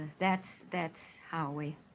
that's that's how we